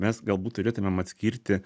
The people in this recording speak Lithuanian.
mes galbūt turėtumėm atskirti